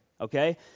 okay